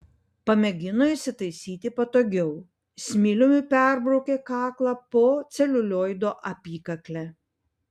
pamėgino įsitaisyti patogiau smiliumi persibraukė kaklą po celiulioido apykakle